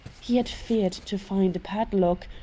he had feared to find a padlock,